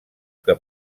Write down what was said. que